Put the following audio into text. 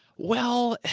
well,